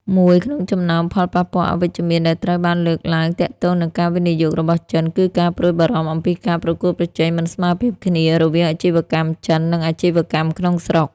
មួយក្នុងចំណោមផលប៉ះពាល់អវិជ្ជមានដែលត្រូវបានលើកឡើងទាក់ទងនឹងការវិនិយោគរបស់ចិន គឺការព្រួយបារម្ភអំពីការប្រកួតប្រជែងមិនស្មើភាពគ្នារវាងអាជីវកម្មចិន និងអាជីវកម្មក្នុងស្រុក។